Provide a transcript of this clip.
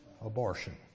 abortion